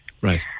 Right